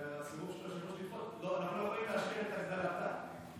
אנחנו לא יכולים להשלים את הגדלתה.